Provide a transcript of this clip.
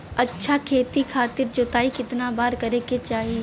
अच्छा खेती खातिर जोताई कितना बार करे के चाही?